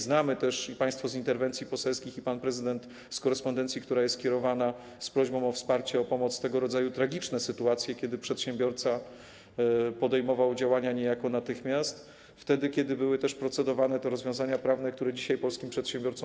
Znamy też, i państwo z interwencji poselskich, i pan prezydent z korespondencji, która jest kierowana z prośbą o wsparcie, o pomoc, tego rodzaju tragiczne sytuacje, kiedy przedsiębiorca podejmował działania niejako natychmiast, wtedy kiedy były procedowane rozwiązania prawne, które dzisiaj służą polskim przedsiębiorcom.